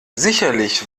sicherlich